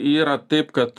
yra taip kad